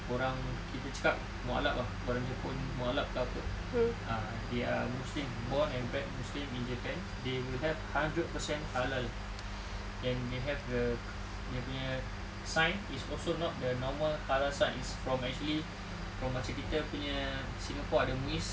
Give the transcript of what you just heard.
orang kita cakap mualaf ah orang jepun mualaf ke apa ah they are muslims born and bred muslims in japan they will have hundred percent halal then they have the dia punya sign is also not the normal halal sign it's from actually kalau macam kita punya singapore ada MUIS